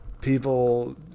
people